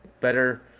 better